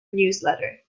newsletter